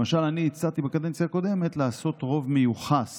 למשל, הצעתי בקדנציה הקודמת לעשות רוב מיוחס